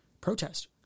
protest